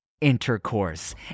intercourse